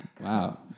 Wow